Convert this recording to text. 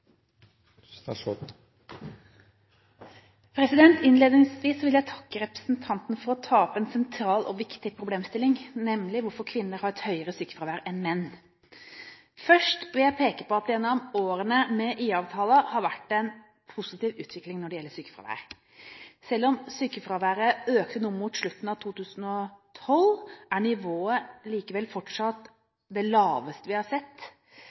Innledningsvis vil jeg takke representanten for å ta opp en sentral og viktig problemstilling, nemlig hvorfor kvinner har et høyere sykefravær enn menn. Først vil jeg peke på at det gjennom årene med IA-avtale har vært en positiv utvikling når det gjelder sykefravær. Selv om sykefraværet økte noe mot slutten av 2012, er nivået likevel fortsatt det laveste vi har sett